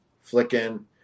flicking